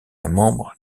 membre